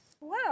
Wow